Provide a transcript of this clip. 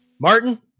Martin